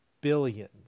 billions